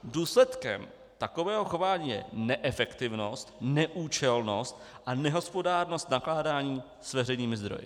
Důsledkem takového chování je neefektivnost, neúčelnost a nehospodárnost nakládání s veřejnými zdroji.